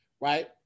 Right